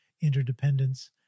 interdependence